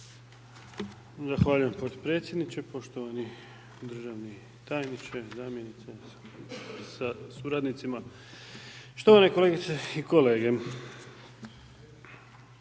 Zahvaljujem predsjedniče, poštovana ministrice sa suradnicom, poštovane kolegice i kolege.